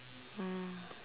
mm